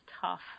tough